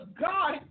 God